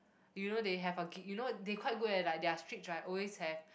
you know they have a gig you know they quite good eh like their streets right always have